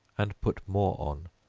and put more on,